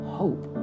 hope